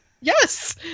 yes